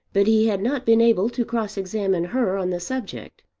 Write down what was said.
but he had not been able to cross-examine her on the subject.